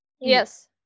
yes